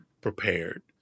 prepared